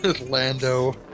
Lando